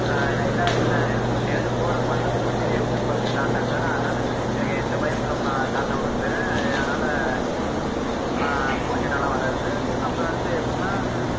நான் நான் இல்லாத இல்லை எங்கேனாது போறப்போ வந்து பூச்செடியை விட்டுப் போறதுக்கு என் தாத்தா இருக்கார் அதனால் எனக்கு எந்த பயமும் இல்லாமல் நான் தாத்தா விட்டுட்டு போயிடறேன் அது அதனாலே பூச்செடி நல்லா வளருது அப்புறம் வந்து எப்படின்னா